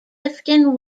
clifton